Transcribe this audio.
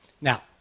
Now